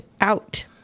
out